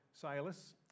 Silas